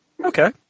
Okay